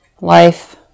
life